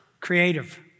creative